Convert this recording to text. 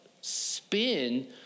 spin